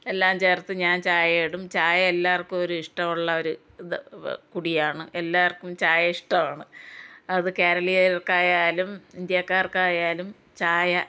എല്ലാം ചേർത്ത് ഞാൻ ചായ ഇടും ചായ എല്ലാവർക്കും ഒരു ഇഷ്ടമുള്ള ഒരു ഇത് കുടിയാണ് എല്ലാവർക്കും ചായ ഇഷ്ടമാണ് അത് കേരളീയർക്കായാലും ഇന്ത്യക്കാർക്കായാലും ചായ